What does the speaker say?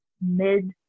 mid